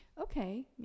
okay